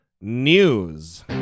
news